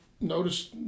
notice